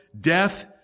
Death